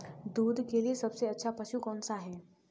दूध के लिए सबसे अच्छा पशु कौनसा है?